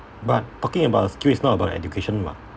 but talking about a skill is not about education mah